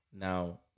Now